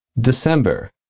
December